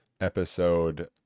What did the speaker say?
episode